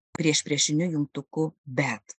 priešpriešiniu jungtuku bet